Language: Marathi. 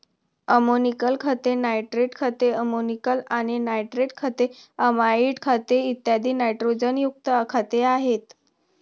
अमोनिकल खते, नायट्रेट खते, अमोनिकल आणि नायट्रेट खते, अमाइड खते, इत्यादी नायट्रोजनयुक्त खते आहेत